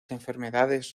enfermedades